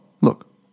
look